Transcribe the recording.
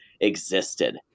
existed